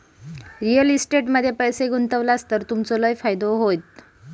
real estate मध्ये पैशे गुंतवलास तर तुमचो लय फायदो होयत